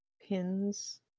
Pins